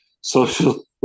Social